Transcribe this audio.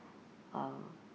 um